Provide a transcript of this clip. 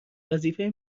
وظیفه